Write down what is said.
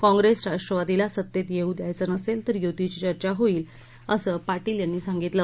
काँग्रेस राष्ट्रवादीला सत्तेत येऊ द्यायचं नसेल तर युतीची चर्चा होईल असं पाटील यांनी सांगितलं